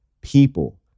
people